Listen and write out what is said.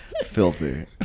filthy